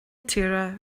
tíre